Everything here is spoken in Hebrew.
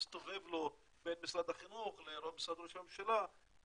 מסתובב לו בין משרד החינוך למשרד ראש הממשלה בלי